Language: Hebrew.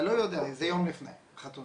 אתה לא יודע את זה יום לפני חתונה,